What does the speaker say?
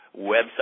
website